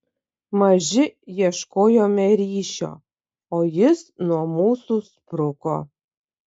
maži ieškojome ryšio o jis nuo mūsų spruko